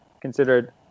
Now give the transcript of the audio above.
considered